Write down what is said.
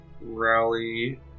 rally